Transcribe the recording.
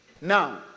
Now